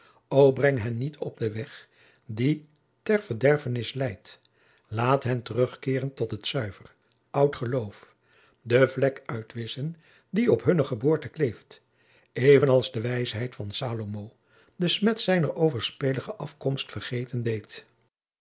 breng hen niet op den weg die ter verderfenis leidt laat hen terugkeeren tot het zuiver oud geloof de vlek uitwisschen die op hunne geboorte kleeft even als de wijsheid van salomo de smet zijner overspelige afkomst vergeten deed